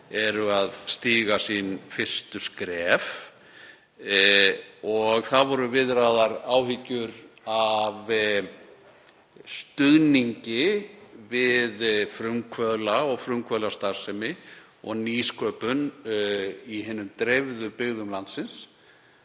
eru að stíga sín fyrstu skref. Það voru viðraðar áhyggjur af stuðningi við frumkvöðla og frumkvöðlastarfsemi og nýsköpun í hinum dreifðu byggðum landsins,